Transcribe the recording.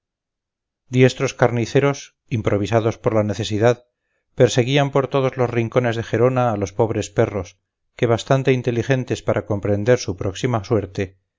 diestros carniceros improvisados por la necesidad perseguían por todos los rincones de gerona a los pobres perros que bastante inteligentes para comprender su próxima suerte